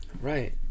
Right